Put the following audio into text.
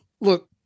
Look